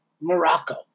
Morocco